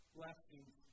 blessings